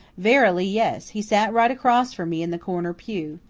verily, yes. he sat right across from me in the corner pew.